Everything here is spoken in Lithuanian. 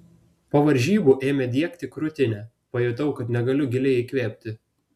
po varžybų ėmė diegti krūtinę pajutau kad negaliu giliai įkvėpti